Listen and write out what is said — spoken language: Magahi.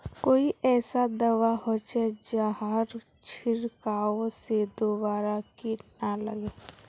कोई ऐसा दवा होचे जहार छीरकाओ से दोबारा किट ना लगे?